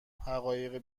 حقایق